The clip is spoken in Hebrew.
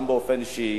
גם באופן אישי,